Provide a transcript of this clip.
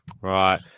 Right